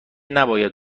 نباید